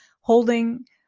holding